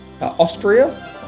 Austria